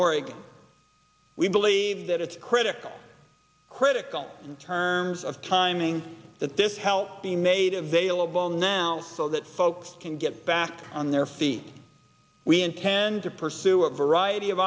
oregon we believe that it's critical critical in terms of timing that this help be made available now so that folks can get back on their feet we intend to pursue a variety of